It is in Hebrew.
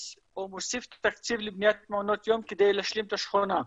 או מוסיף תקציב לבניית מעונות יום כדי להשלים את השכונה.